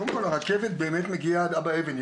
קודם כל הרכבת באמת מגיעה עד אבא אבן,